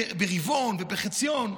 ברבעון ובחציון,